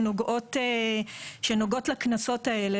שנוגעות לקנסות האלה.